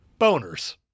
boners